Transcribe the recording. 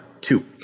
two